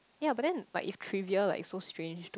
ya but then like if trivial like so strange to